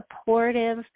supportive